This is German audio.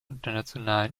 internationalen